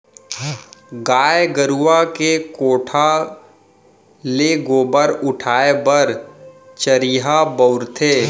गाय गरूवा के कोठा ले गोबर उठाय बर चरिहा बउरथे